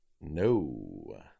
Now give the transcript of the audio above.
No